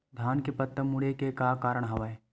धान के पत्ता मुड़े के का कारण हवय?